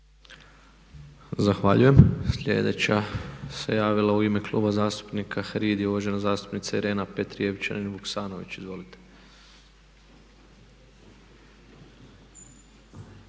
Zahvaljujem. Sljedeća se javila u ime Kluba zastupnika HRID i uvažena zastupnica Irena Petrijevčanin Vuskanović. Izvolite.